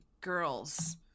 girls